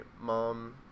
mom